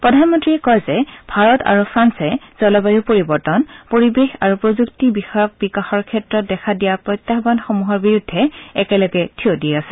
প্ৰধানমন্ত্ৰীয়ে কয় যে ভাৰত আৰু ফ্ৰান্সে জলবায়ু পৰিৱৰ্তন পৰিৱেশ আৰু প্ৰযুক্তি বিষয়ক বিকাশৰ ক্ষেত্ৰত দেখা দিয়া প্ৰত্যাহানসমূহৰ বিৰুদ্ধে একেলেগ থিয় দি আছে